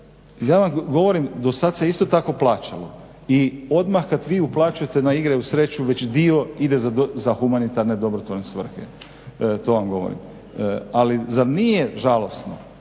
Ja vam govorim do sad se isto tako plaćalo. I odmah kad vi uplaćujete na igre u sreću već dio ide za humanitarne dobrotvorne svrhe to vam govorim. Ali zar nije žalosno